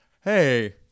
hey